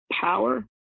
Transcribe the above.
power